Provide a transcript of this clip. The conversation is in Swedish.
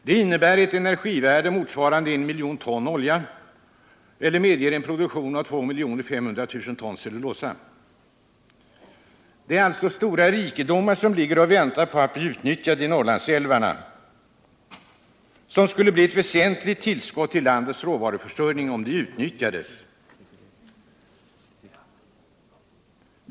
Det innebär ett energivärde motsvarande 1 miljon ton olja eller medger en produktion av 2,5 miljoner ton cellulosa. Det är alltså stora rikedomar som ligger och väntar på att bli utnyttjade i Norrlandsälvarna och som skulle bli ett väsentligt tillskott till landets råvaruförsörjning om de utnyttjades.